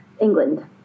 England